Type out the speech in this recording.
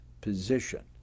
position